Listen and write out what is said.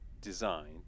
designed